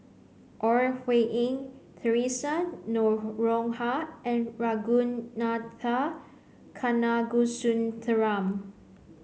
Ore Huiying Theresa Noronha and Ragunathar Kanagasuntheram